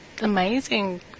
amazing